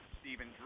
Stephen